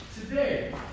today